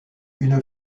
une